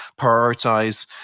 prioritize